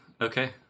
Okay